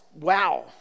wow